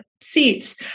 seats